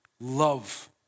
Love